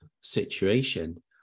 situation